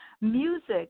Music